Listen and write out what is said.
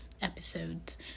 episodes